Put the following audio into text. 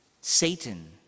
Satan